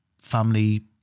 family